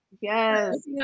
yes